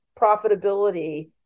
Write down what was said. profitability